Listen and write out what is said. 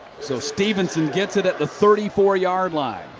so stephenson gets it at the thirty four yard line.